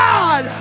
God